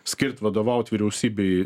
skirt vadovaut vyriausybei